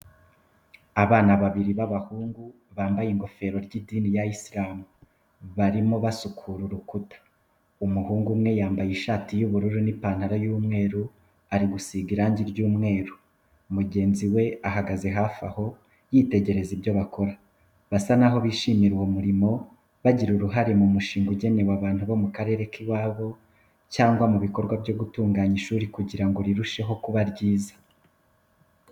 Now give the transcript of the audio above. Abana babiri b'abahungu, bambaye ingofero ry'idini ya Isilamu, barimo basukura urukuta. Umuhungu umwe wambaye ishati y'ubururu n'ipantaro y'umweru, ari gusiga irangi ry'umweru. Mugenzi we ahagaze hafi aho, yitegereza ibyo bakora. Basa n'aho bishimira uwo murimo, bagira uruhare mu mushinga ugenewe abantu bo mu karere k'iwabo cyangwa mu bikorwa byo gutunganya ishuri kugira ngo rirusheho kuba ryiza.